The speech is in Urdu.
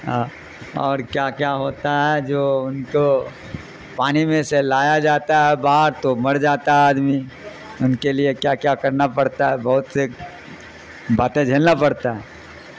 اور کیا کیا ہوتا ہے جو ان کو پانی میں سے لایا جاتا ہے باہر تو مر جاتا ہے آدمی ان کے لیے کیا کیا کرنا پڑتا ہے بہت سے باتیں جھھیلنا پڑتا ہے